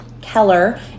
Keller